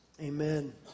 amen